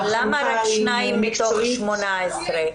אבל למה רק שניים מתוך 18?